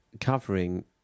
covering